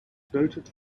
noted